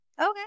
Okay